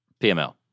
PML